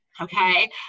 Okay